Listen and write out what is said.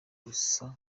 gusa